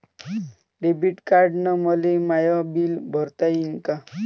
Debit कार्डानं मले माय बिल भरता येईन का?